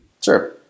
Sure